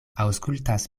aŭskultas